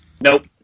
Nope